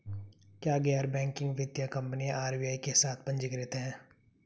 क्या गैर बैंकिंग वित्तीय कंपनियां आर.बी.आई के साथ पंजीकृत हैं?